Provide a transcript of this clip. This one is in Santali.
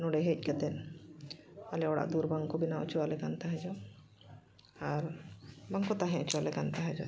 ᱱᱚᱰᱮ ᱦᱮᱡ ᱠᱟᱛᱮ ᱟᱞᱮ ᱚᱲᱟᱜ ᱫᱩᱣᱟᱹᱨ ᱵᱟᱝᱠᱚ ᱵᱮᱱᱟᱣ ᱚᱪᱚ ᱟᱞᱮ ᱠᱟᱱ ᱛᱟᱦᱮᱸ ᱡᱚᱜ ᱟᱨ ᱵᱟᱝᱠᱚ ᱛᱟᱦᱮᱸ ᱚᱪᱚ ᱟᱞᱮ ᱠᱟᱱ ᱛᱟᱦᱮᱸ ᱡᱚᱜ